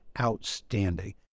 outstanding